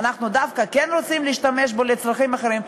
אנחנו דווקא כן רוצים להשתמש בו לצרכים אחרים,